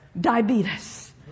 diabetes